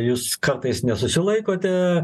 jūs kartais nesusilaikote